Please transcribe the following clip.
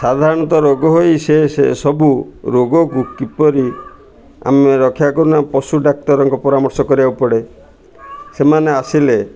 ସାଧାରଣତଃ ରୋଗ ହୋଇ ସେ ସେ ସେ ସବୁ ରୋଗକୁ କିପରି ଆମେ ରକ୍ଷା କରୁନା ପଶୁ ଡ଼ାକ୍ତରଙ୍କ ପରାମର୍ଶ କରିବାକୁ ପଡ଼େ ସେମାନେ ଆସିଲେ